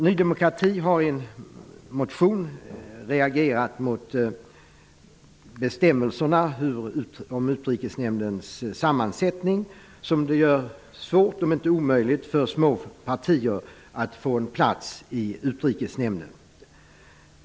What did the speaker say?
Ny demokrati har i en motion reagerat mot bestämmelserna för Utrikesnämndens sammansättning, som gör det svårt om inte omöjligt för små partier att få en plats i Utrikesnämnden.